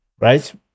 right